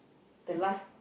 the last